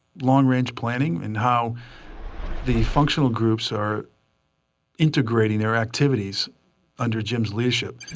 long range planning, and how the functional groups are integrating their activities under jim's leadership.